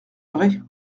vrai